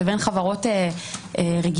לבין חברות רגילות,